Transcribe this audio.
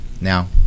now